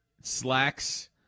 slacks